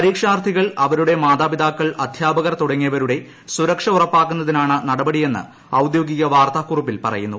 പരീക്ഷാർത്ഥികൾ അവരുടെ മാതാപിതാക്കൾ അദ്ധ്യാപകർ തുടങ്ങിയവരുടെ സുരക്ഷ ഉറപ്പാക്കുന്നതിനാണ് നടപടിയെന്ന് ഔദ്യോഗിക വാർത്താക്കുറിപ്പിൽ പറയുന്നു